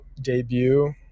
debut